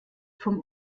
vom